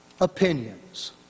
opinions